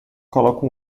coloca